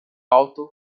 alto